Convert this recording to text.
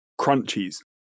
crunchies